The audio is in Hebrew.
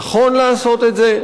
נכון לעשות את זה,